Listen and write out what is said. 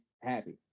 happy